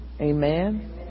Amen